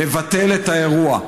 לבטל את האירוע.